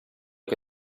che